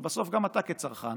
ובסוף גם אתה כצרכן